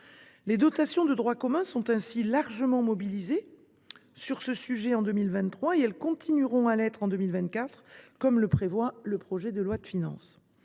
Les dotations de droit commun sont ainsi largement mobilisées sur ce sujet en 2023, et elles continueront à l’être en 2024, comme le prévoit le projet de loi de finances.